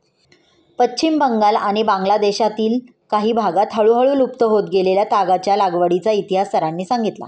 पश्चिम बंगाल आणि बांगलादेशातील काही भागांत हळूहळू लुप्त होत गेलेल्या तागाच्या लागवडीचा इतिहास सरांनी सांगितला